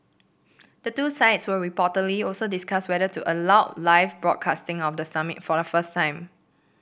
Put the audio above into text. the two sides will reportedly also discuss whether to allow live broadcasting of the summit for the first time